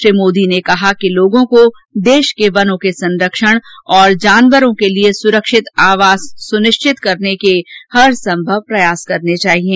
श्री मोदी ने कहा कि लोगों को देश के बनों के संरक्षण और जानवरों के लिए सुरक्षित आवास सुनिश्चित करने के हर संभव प्रयास करने चाहिएं